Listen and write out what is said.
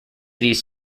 these